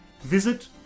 Visit